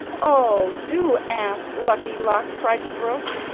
oh, do ask lucky luck cried the brook,